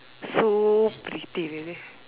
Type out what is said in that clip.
so pretty really